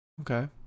okay